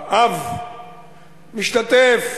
האב משתתף